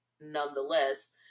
nonetheless